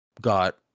got